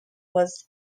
was